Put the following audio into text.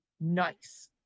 nice